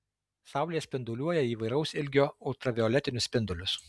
saulė spinduliuoja įvairaus ilgio ultravioletinius spindulius